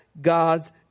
God's